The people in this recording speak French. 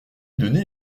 donné